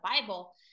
Bible